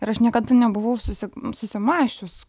ir aš niekada nebuvau susi susimąsčius